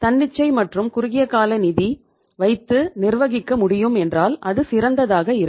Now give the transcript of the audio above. தன்னிச்சை மற்றும் குறுகிய கால நிதி வைத்து நிர்வகிக்க முடியும் என்றால் அது சிறந்ததாக இருக்கும்